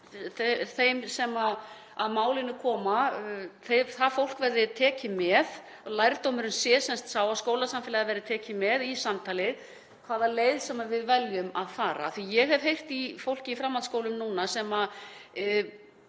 fólkið sem að málinu kemur tekið með, að lærdómurinn sé sem sagt sá að skólasamfélagið verði tekið með í samtalið, hvaða leið sem við veljum að fara, því ég hef heyrt í fólki í framhaldsskólum núna sem